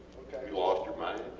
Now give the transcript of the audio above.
okay. you lost your mind?